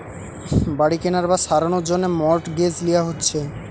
বাড়ি কেনার বা সারানোর জন্যে মর্টগেজ লিয়া হচ্ছে